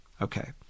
Okay